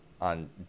on